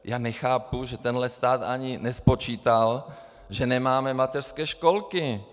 Já nechápu, že tento stát ani nespočítal, že nemáme mateřské školky.